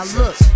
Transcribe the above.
look